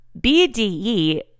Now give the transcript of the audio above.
BDE